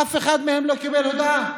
אף אחד מהם לא קיבל הודעה.